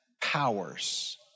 powers